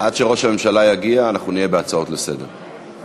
עד שראש הממשלה יגיע אנחנו נהיה בהצעות לסדר-היום.